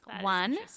one